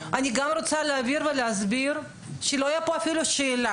אני גם רוצה להבהיר ולהסביר - כדי שאפילו לא תעלה כאן שאלה